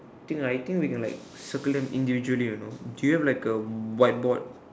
think I think we can like circle them individually you know do you have like a whiteboard